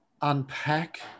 unpack